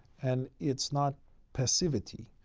and it's not passivity.